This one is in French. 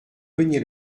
cognée